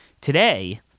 today